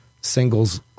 singles